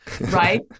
Right